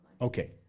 Okay